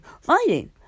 fighting